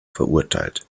verurteilt